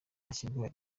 azishyura